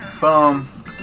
Boom